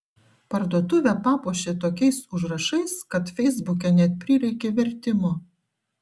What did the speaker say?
parduotuvę papuošė tokiais užrašais kad feisbuke net prireikė vertimo